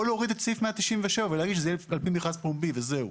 או להוריד את סעיף 197 ולהגיד שזה יהיה על פי מכרז פומבי וזהו.